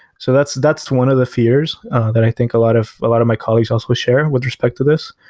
so that's that's one of the fears that i think a lot of lot of my colleagues also share and with respect to this.